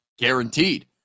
Guaranteed